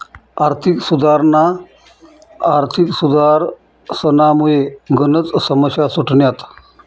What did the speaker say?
आर्थिक सुधारसनामुये गनच समस्या सुटण्यात